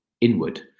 inward